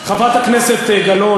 חברת הכנסת גלאון,